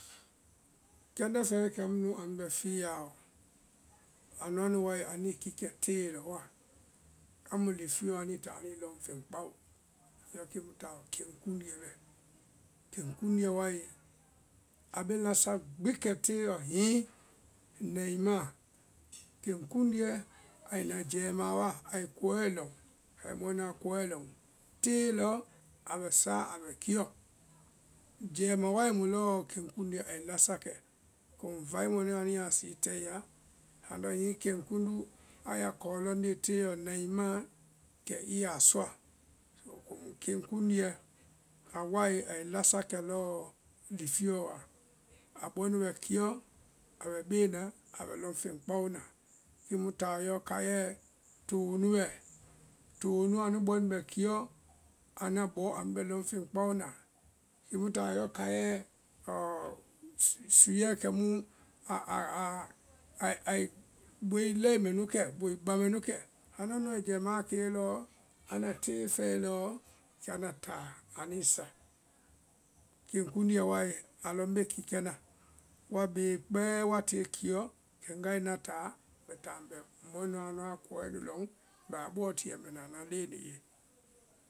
kɛndɛ feŋɛ kɛ mu nú anú bɛ fiyaɔ anuã nú wae anuĩ kikɛ tee lɔ wa. amu lifiɔ anuĩ táa anuĩ lɔŋ feŋ kpao, yɔ kiinú taɔ keŋkundúɛ bɛ keŋkundúɛ wae a bee lasa gbi kɛ teeɔ hiŋí naĩ mã. keŋkundúɛ ai na jɛima wa ai kɔɛ lɔŋ ai mɔɛ nuã kɔɛ lɔŋ, tee lɔ abɛ saaɔ abɛ kiɔ, jɛima wae mu lɔɔ keŋkundúɛ ai lasa kɛ, komú vai mɔɛ yaa sa tɛi laa andɔ keŋkundú a ya kɔɔ lɔɔ tee lɔ nai maã kɛ i yaa sɔa, komú keŋkundúɛ a wae ai lasa kɛ lɔɔ lifiyɔ wa, a bɔɛ nu bɛ kiɔ abɛ beena abɛ lɔŋ feŋ kpao na, kii taɔ yɔ kaiɛ too nú bɛ, too nu anu bɔɛ nú bɛ kiɔ ánda bɔ anú bɛ lɔŋfeŋ kpao na. kiimú taɔ yɔ kai su suɛ kɛmú aa aa aa ai ai boi lɛi mɛnu kɛ boi ba mɛnú kɛ, anu wae jɛimaã a kee lɔɔ, anda tee fɛɛe lɔɔ kɛ anda táa anuĩ sa, keŋkundúɛ wae alɔ ŋbee kikɛ na woa bée kpɛɛ woa tie kiɔ kɛ ŋgai ŋna taa ŋmbɛ taa ŋ mɛ mɔɛ nuã nuã kɔlɔɛ nu lɔŋ mbɛ a bɔɔ tiɛ ŋ mbɛ ŋ mbɛ naã na leŋɛ nu ye.